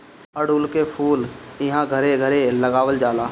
अढ़उल के फूल इहां घरे घरे लगावल जाला